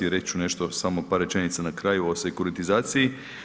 Reći ću nešto samo par rečenica na kraju o sekuritizaciji.